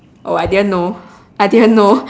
oh I didn't know I didn't know